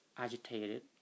agitated